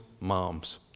moms